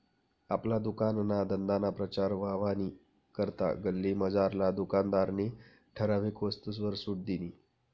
आपला दुकानना धंदाना प्रचार व्हवानी करता गल्लीमझारला दुकानदारनी ठराविक वस्तूसवर सुट दिनी